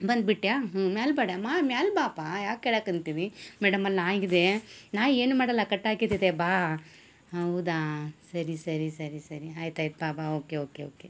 ಬಂದುಬಿಟ್ಯಾ ಹ್ಞೂ ಮ್ಯಾಲೆ ಬೇಡ ಮಾ ಮ್ಯಾಲೆ ಬಾ ಅಪ್ಪ ಯಾಕೆ ಕೆಳಕ್ಕೆ ಮೇಡಮ್ ಅಲ್ಲಿ ನಾಯಿಯಿದೆ ನಾಯಿ ಏನೂ ಮಾಡಲ್ಲ ಕಟ್ಟಾಕಿದ್ದಿದೆ ಬಾ ಹೌದಾ ಸರಿ ಸರಿ ಸರಿ ಸರಿ ಆಯ್ತು ಆಯ್ತು ಆಯ್ತು ಬಾ ಬಾ ಓಕೆ ಓಕೆ ಓಕೆ